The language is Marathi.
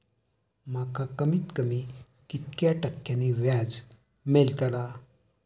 माका कमीत कमी कितक्या टक्क्यान व्याज मेलतला?